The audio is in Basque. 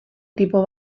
tipo